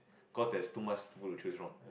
cause there's too much food to choose from